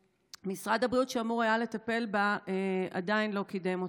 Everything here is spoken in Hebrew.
ומשרד הבריאות שאמור היה לטפל בה עדיין לא קידם אותה.